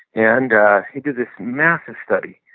and he did this massive study,